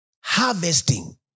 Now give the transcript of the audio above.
harvesting